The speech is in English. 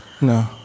No